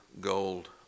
gold